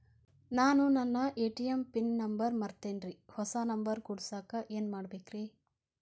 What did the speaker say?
ನಾನು ನನ್ನ ATM pin number ಮರ್ತೇನ್ರಿ, ಹೊಸಾ ನಂಬರ್ ಕುಡಸಾಕ್ ಏನ್ ಮಾಡ್ಬೇಕ್ರಿ?